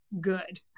good